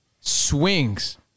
swings